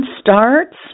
starts